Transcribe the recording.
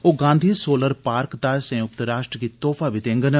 ओ Gandhi solar park दा संयुक्त राश्ट्र गी तोहफा बी देंगन